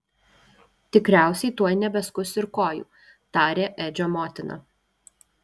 tikriausiai tuoj nebeskus ir kojų tarė edžio motina